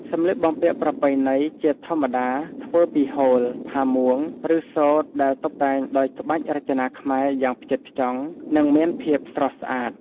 សម្លៀកបំពាក់ប្រពៃណីជាធម្មតាធ្វើពីហូល ផាមួង ឬសូត្រដែលតុបតែងដោយក្បាច់រចនាខ្មែរយ៉ាងផ្ចិតផ្ចង់នឹងមានភាពស្រស់ស្អាត ។